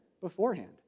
beforehand